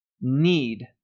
need